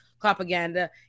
propaganda